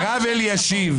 הרב אלישיב,